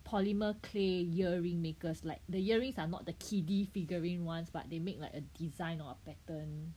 polymer clay earrings makers like the earrings are not the kiddie figurine ones but they make like a design or pattern